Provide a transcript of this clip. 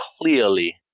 clearly